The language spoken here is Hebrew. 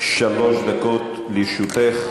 שלוש דקות לרשותך.